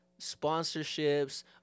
sponsorships